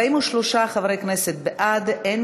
ההצעה להעביר את